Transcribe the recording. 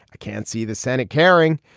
i can't see the senate caring.